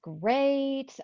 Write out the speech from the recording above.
great